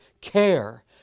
care